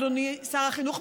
אדוני שר החינוך,